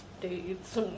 dates